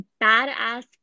badass